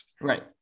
Right